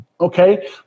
Okay